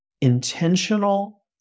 intentional